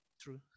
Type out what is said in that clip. true